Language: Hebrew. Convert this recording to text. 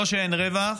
לא שאין רווח,